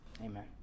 amen